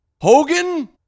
Hogan